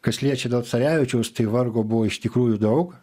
kas liečia dėl carevičiaus tai vargo buvo iš tikrųjų daug